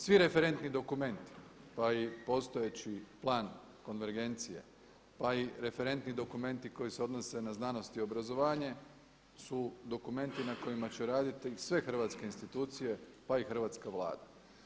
Svi referentni dokumenti pa i postojeći plan konvergencije, pa i referentni dokumenti koji se odnose na znanost i obrazovanje su dokumenti na kojima će raditi sve hrvatske institucije, pa i hrvatska Vlada.